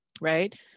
right